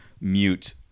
mute